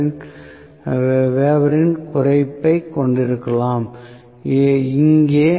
1 வெபரின் குறைப்பைக் கொண்டிருக்கலாம் இங்கே அது 0